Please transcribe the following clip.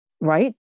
right